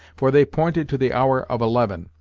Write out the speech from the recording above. for they pointed to the hour of eleven,